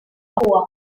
papúa